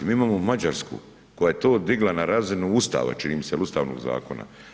Mi imamo Mađarsku koja je to digla na razinu Ustava, čini mi se ili ustavnog zakona.